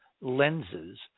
lenses